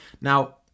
Now